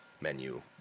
menu